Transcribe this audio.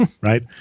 right